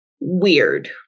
weird